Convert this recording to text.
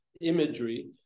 imagery